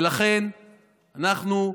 ולכן אנחנו,